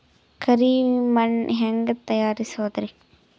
ಕರಿ ಮಣ್ ಹೆಂಗ್ ತಯಾರಸೋದರಿ?